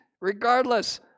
regardless